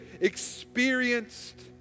experienced